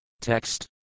TEXT